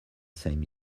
same